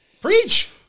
Preach